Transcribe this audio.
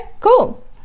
cool